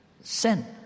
Sin